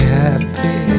happy